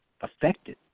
affected